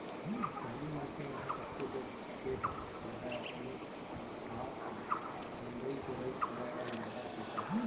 पहिली मनसे मन ह कतको जड़ खेत रहय अपने हाथ में निंदई कोड़ई करय अउ नांगर जोतय